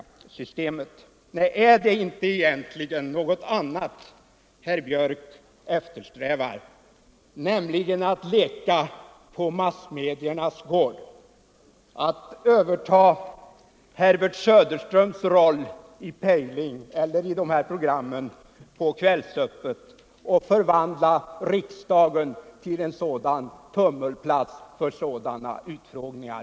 Nej, är det inte egentligen något annat herr Björck eftersträvar, nämligen att leka på massmediernas gård, att överta Herbert Söderströms och andra journalisters roll i programmen Pejling och Kvällsöppet och förvandla riksdagen till en tummelplats för sådana utfrågningar?